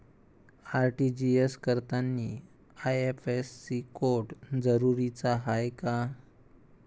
RTGS करतांनी IFSC code जरुरीचा हाय का?